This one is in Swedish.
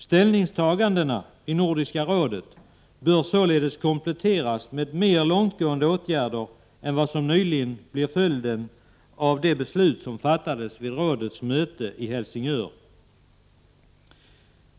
Ställningstagandena i Nordiska rådet bör således kompletteras med mer långtgående åtgärder än vad som blir följden av de beslut som fattades vid rådets möte i Helsingör nyligen.